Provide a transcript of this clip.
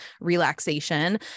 relaxation